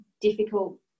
difficult